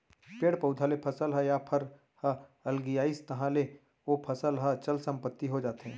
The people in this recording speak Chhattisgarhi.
पेड़ पउधा ले फसल ह या फर ह अलगियाइस तहाँ ले ओ फसल ह चल संपत्ति हो जाथे